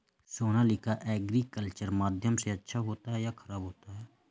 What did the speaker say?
Sonalika agriculture माध्यम से अच्छा होता है या ख़राब होता है?